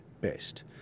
best